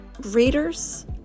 readers